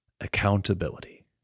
Accountability